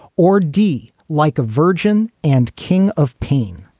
or d like a virgin and king of pain